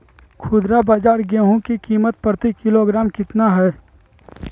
खुदरा बाजार गेंहू की कीमत प्रति किलोग्राम कितना है?